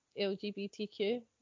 lgbtq